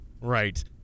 Right